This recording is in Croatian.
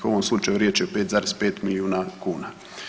U ovom slučaju riječ je o 5,5 miliona kuna.